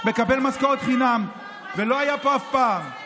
מקבל משכורת חינם ולא היה פה אף פעם.